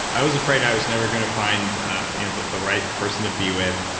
i was afraid i was never going to find the right person to be with.